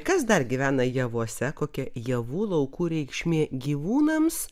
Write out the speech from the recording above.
kas dar gyvena javuose kokia javų laukų reikšmė gyvūnams